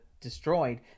destroyed